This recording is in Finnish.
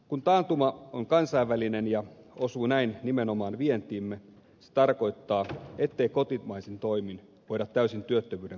kun taantuma on kansainvälinen ja osuu näin nimenomaan vientiimme se tarkoittaa ettei kotimaisin toimin voida täysin työttömyyden kasvua estää